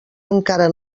encara